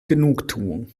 genugtuung